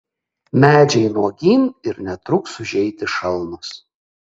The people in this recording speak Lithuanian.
medžiai nuogyn ir netruks užeiti šalnos